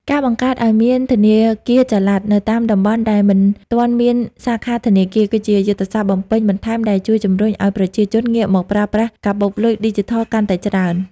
ការបង្កើតឱ្យមាន ធនាគារចល័ត នៅតាមតំបន់ដែលមិនទាន់មានសាខាធនាគារ គឺជាយុទ្ធសាស្ត្របំពេញបន្ថែមដែលជួយជម្រុញឱ្យប្រជាជនងាកមកប្រើប្រាស់កាបូបលុយឌីជីថលកាន់តែច្រើន។